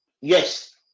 Yes